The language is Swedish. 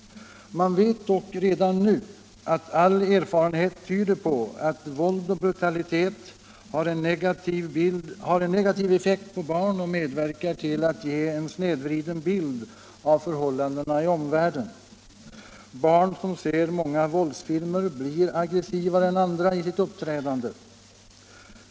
Man vet dock redan nu att all erfarenhet tyder på att våld och brutalitet har en negativ effekt på barn och medverkar till att ge en snedvriden bild av förhållandena i omvärlden. Barn som ser många våldsfilmer blir aggressivare än andra i sitt uppträdande.